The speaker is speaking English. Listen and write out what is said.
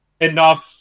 enough